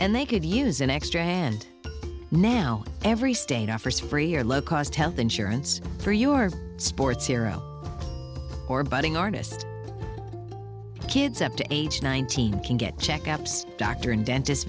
and they could use an extra hand now every state offers free or low cost health insurance for your sports hero or budding artist kids up to age nineteen can get checkups doctor and dentist